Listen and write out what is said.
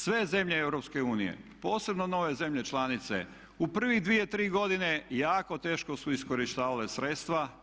Sve zemlje EU posebno nove zemlje članice u prvih dvije, tri godine jako teško su iskorištavale sredstva.